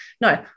No